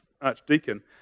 archdeacon